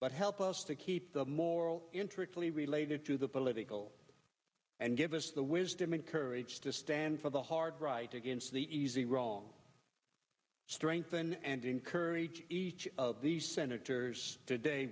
but help us to keep the moral intricately related to the political and give us the wisdom and courage to stand for the hard right against the easy wrong strengthen and encourage each of these senators today